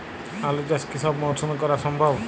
আলু চাষ কি সব মরশুমে করা সম্ভব?